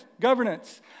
governance